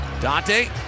Dante